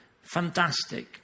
fantastic